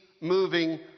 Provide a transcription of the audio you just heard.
moving